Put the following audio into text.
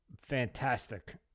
fantastic